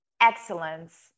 excellence